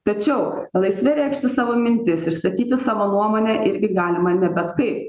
tačiau laisvai reikšti savo mintis išsakyti savo nuomonę irgi galima ne bet kaip